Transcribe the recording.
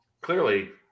Clearly